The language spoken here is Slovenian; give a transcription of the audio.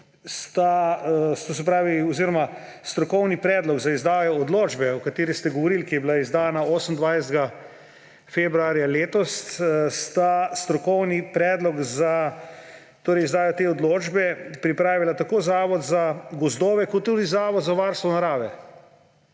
za gozdove oziroma strokovni predlog za izdajo odločbe, o kateri ste govorili, ki je bila izdana 28. februarja letos, sta strokovni predlog izdaja te odločbe pripravila tako Zavod za gozdove kot tudi Zavod za varstvo narave.